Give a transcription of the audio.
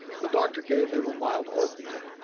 the doctor gave him a mild opiate,